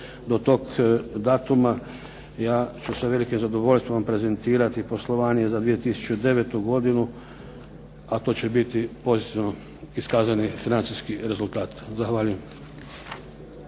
do toga datuma, ja ću sa velikim zadovoljstvom prezentirati poslovanje za 2009. godinu, a to će biti pozitivno iskazani financijski rezultat. Zahvaljujem.